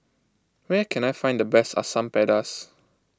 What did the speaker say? where can I find the best Asam Pedas